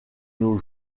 nos